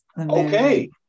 Okay